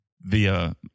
via